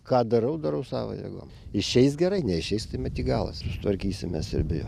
ką darau darau sau jeigu išeis gerai neišeis tai mat jį galas tvarkysimės ir be jo